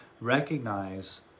recognize